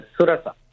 Surasa